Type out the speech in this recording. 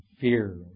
fear